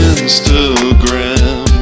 Instagram